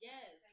Yes